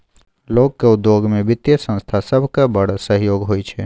लोकक उद्योग मे बित्तीय संस्था सभक बड़ सहयोग होइ छै